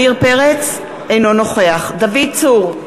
אינו נוכח דוד צור,